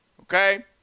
Okay